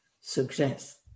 suggest